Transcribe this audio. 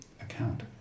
account